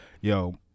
Yo